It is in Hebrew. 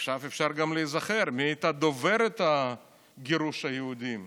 עכשיו אפשר גם להיזכר מי הייתה דוברת גירוש היהודים.